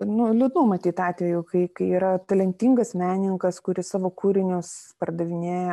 nu liūdnų matyt atvejų kai kai yra talentingas menininkas kuris savo kūrinius pardavinėja